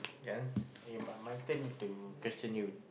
yes eh but my turn to question you